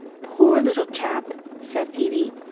poor little chap! said phoebe.